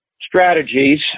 strategies